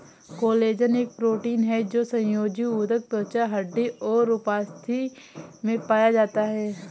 collagen एक protein है जो संयोजी ऊतक, त्वचा, हड्डी और उपास्थि में पाया जाता है